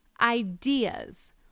ideas